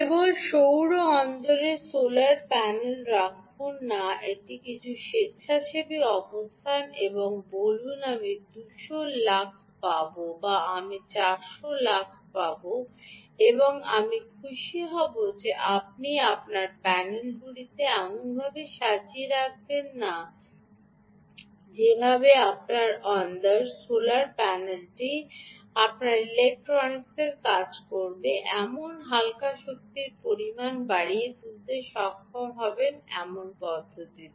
কেবল সৌর অন্দরের সোলার প্যানেলটি রাখুন না এটি কিছু স্বেচ্ছাসেবী অবস্থান এবং বলুন আমি 200 লাক্স পাবো বা আমি 400 লাক্স পাব এবং আমি খুশি হব যে আপনি আপনার প্যানেলগুলি এমনভাবে সাজিয়ে রাখবেন না যেভাবে আপনার অন্দর সোলার প্যানেলটি আপনার ইলেক্ট্রনিক্স কাজ করবে এমন হালকা শক্তির পরিমাণ বাড়িয়ে তুলতে সক্ষম হবেন এমন পদ্ধতিতে